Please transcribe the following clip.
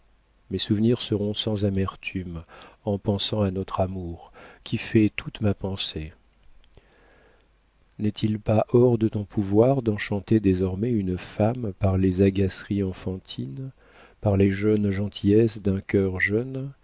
mes souvenirs seront sans amertume en pensant à notre amour qui fait toute ma pensée n'est-il pas hors de ton pouvoir d'enchanter désormais une femme par les agaceries enfantines par les jeunes gentillesses d'un cœur jeune